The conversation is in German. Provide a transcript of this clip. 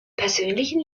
persönlichen